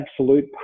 absolute